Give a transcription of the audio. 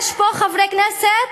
יש פה חברי כנסת